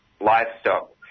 livestock